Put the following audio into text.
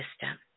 system